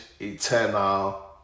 eternal